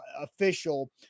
official